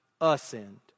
ascend